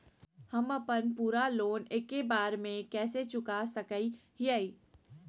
हम अपन पूरा लोन एके बार में कैसे चुका सकई हियई?